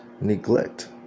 neglect